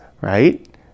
right